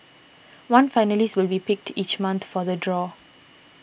one finalist will be picked each month for the draw